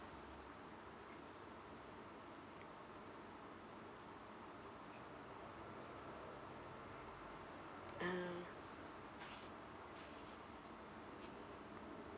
ah